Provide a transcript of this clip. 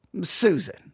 Susan